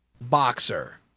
boxer